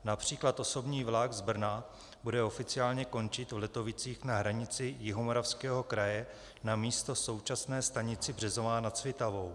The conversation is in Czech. Například osobní vlak z Brna bude oficiálně končit v Letovicích na hranici Jihomoravského kraje namísto v současné stanici Březová nad Svitavou.